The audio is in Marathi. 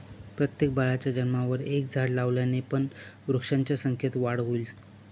प्रत्येक बाळाच्या जन्मावर एक झाड लावल्याने पण वृक्षांच्या संख्येत वाढ होईल